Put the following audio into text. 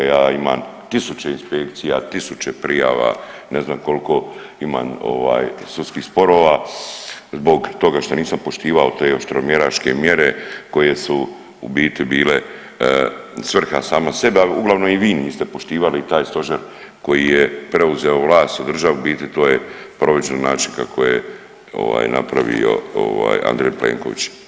Ja imam tisuće inspekcija, tisuće prijava ne znam koliko imam ovaj sudskih sporova zbog toga što nisam poštivao te oštromjeračke mjere koje su u biti bile svrha sama sebi, ali uglavnom i vi niste poštivali i taj stožer koji je preuzeo vlast u državi u biti to je provođeno na način kako je ovaj napravio ovaj Andrej Plenković.